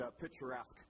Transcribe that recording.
picturesque